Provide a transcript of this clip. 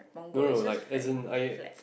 no no like as in like